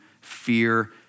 fear